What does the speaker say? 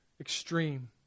extreme